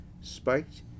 spiked